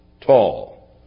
tall